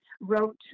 wrote